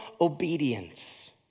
obedience